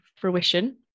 fruition